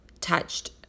touched